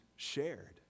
Shared